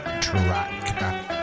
track